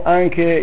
anche